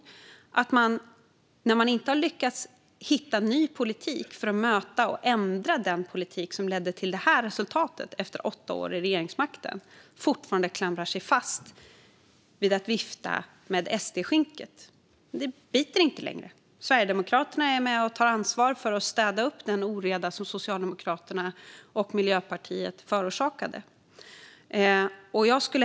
När man inte har lyckats hitta ny politik för att möta och ändra den politik som ledde till det här resultatet efter åtta år vid regeringsmakten förstår jag att man fortfarande klamrar sig fast vid att vifta med SD-skynket. Men det biter inte längre. Sverigedemokraterna är med och tar ansvar för att städa upp den oreda som Socialdemokraterna och Miljöpartiet orsakade.